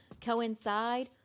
coincide